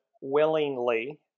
willingly